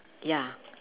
ya